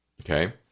okay